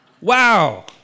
Wow